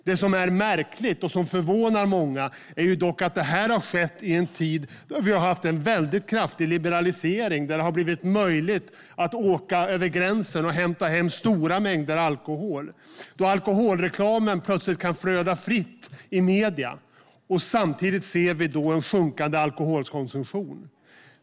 Det som är märkligt och som förvånar många är dock att detta har skett i en tid av väldigt kraftig liberalisering, där det har blivit möjligt att åka över gränsen och hämta hem stora mängder alkohol och alkoholreklamen plötsligt flödar fritt i medierna. Samtidigt ser vi alltså en sjunkande alkoholkonsumtion.